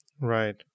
Right